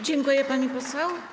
Dziękuję, pani poseł.